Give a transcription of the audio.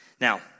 Now